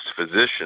physician